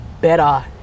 better